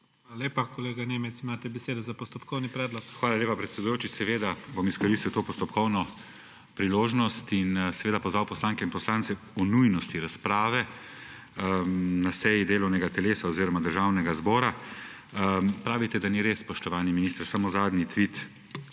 Hvala lepa. Kolega Nemec, imate besedo za postopkovni predlog. **MATJAŽ NEMEC (PS SD):** Hvala lepa, predsedujoči. Seveda bom izkoristil to postopkovno priložnost in pozval poslanke in poslance k nujnosti razprave na seji delovnega telesa oziroma Državnega zbora. Pravite, da ni res, spoštovani minister. Samo zadnji tvit,